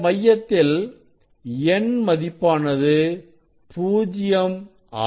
இந்த மையத்தில் n மதிப்பானது 0 ஆகும்